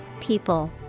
PEOPLE